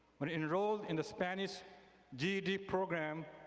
when he enrolled in the spanish ged program,